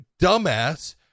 dumbass